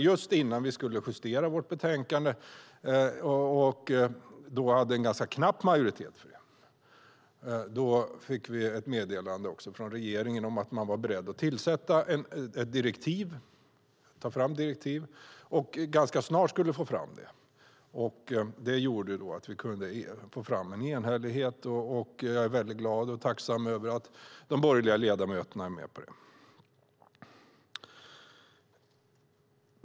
Just innan vi skulle justera betänkandet - med en knapp majoritet - fick vi ett meddelande om att regeringen snart ska ta fram direktiv. Det gjorde att utskottet kunde bli enhälligt. Jag är glad och tacksam över att de borgerliga ledamöterna är med på beslutet.